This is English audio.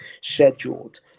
scheduled